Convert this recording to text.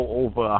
over